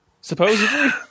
Supposedly